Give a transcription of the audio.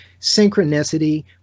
synchronicity